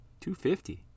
$250